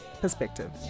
perspective